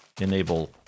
enable